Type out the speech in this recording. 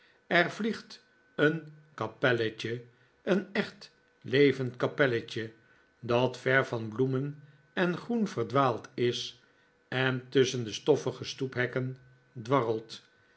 er vliegt een kapelletje een echt levend kapelletje dat ver van bloemen en groen verdwaald is en tusschen de stoffige stoephekken dwarrelt